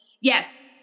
Yes